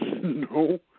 No